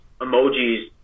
emojis